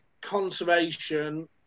conservation